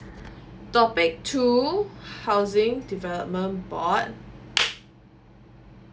topic two housing development board